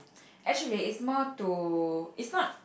actually it's more to it's not